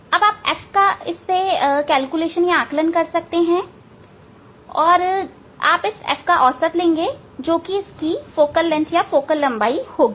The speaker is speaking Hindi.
तब आप f का आकलन या गणना कर सकते हैं और आप इसकी f का औसत लेंगे जो कि इसकी फोकल लंबाई होगी